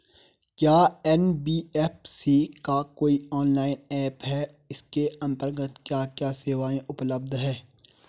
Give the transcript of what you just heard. क्या एन.बी.एफ.सी का कोई ऑनलाइन ऐप भी है इसके अन्तर्गत क्या क्या सेवाएँ उपलब्ध हैं?